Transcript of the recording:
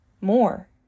more